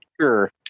Sure